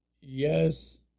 yes